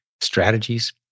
strategies